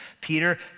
Peter